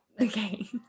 Okay